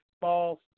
false